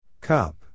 Cup